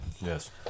Yes